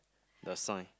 the sign